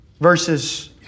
versus